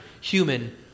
human